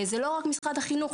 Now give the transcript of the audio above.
זה לא רק משרד החינוך.